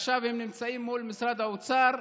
עכשיו הם נמצאים מול משרד האוצר,